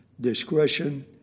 Discretion